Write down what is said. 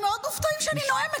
הם מאוד מופתעים שאני נואמת.